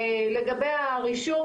לגבי הרישום,